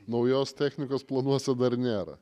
naujos technikos planuose dar nėra